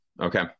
Okay